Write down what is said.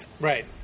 Right